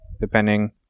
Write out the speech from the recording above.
depending